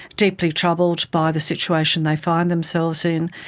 deeply troubled by the situation they find themselves in,